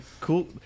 cool